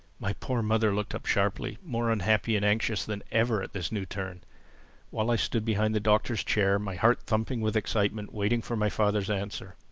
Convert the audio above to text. my poor mother looked up sharply, more unhappy and anxious than ever at this new turn while i stood behind the doctor's chair, my heart thumping with excitement, waiting for my father's answer.